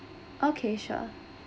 okay sure